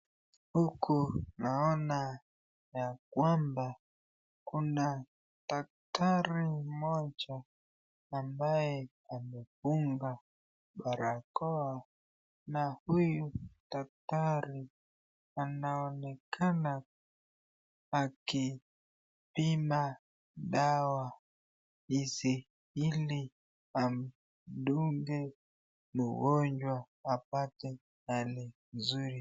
Huku naona ya kwamba kuna daktari mmoja ambaye amefunga barakoa, na huyu daktari anaonekana akipima dawa ili amdunge mgonjwa apate hali nzuri.